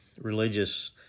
religious